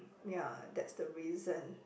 ya that's the reason